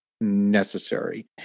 necessary